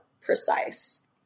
precise